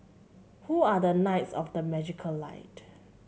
who are the knights of the magical light